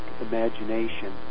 imagination